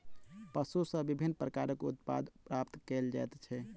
पशु सॅ विभिन्न प्रकारक उत्पाद प्राप्त कयल जाइत छै